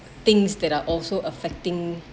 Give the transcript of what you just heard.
things that are also affecting